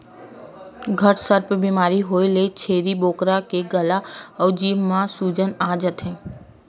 घटसर्प बेमारी होए ले छेरी बोकरा के गला अउ जीभ म सूजन आ जाथे